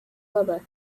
lube